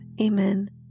Amen